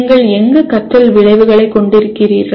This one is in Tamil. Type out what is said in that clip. நீங்கள் எங்கு கற்றல் விளைவுகளைக் கொண்டிருக்கிறீர்கள்